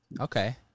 Okay